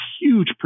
huge